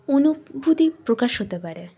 অনুভূতি প্রকাশ হতে পারে